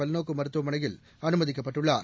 பல்நோக்கு மருத்துவமனையில் அனுமதிக்கப்பட்டுள்ளார்